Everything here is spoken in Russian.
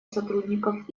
сотрудников